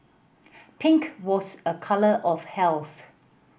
pink was a colour of health